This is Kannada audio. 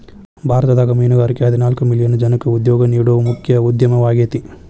ಭಾರತದಾಗ ಮೇನುಗಾರಿಕೆ ಹದಿನಾಲ್ಕ್ ಮಿಲಿಯನ್ ಜನಕ್ಕ ಉದ್ಯೋಗ ನೇಡೋ ಮುಖ್ಯ ಉದ್ಯಮವಾಗೇತಿ